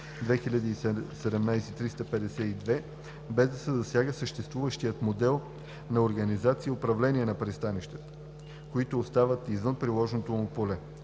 2017/352, без да се засяга съществуващият модел на организация и управление на пристанищата, които остават извън приложното му поле.